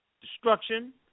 destruction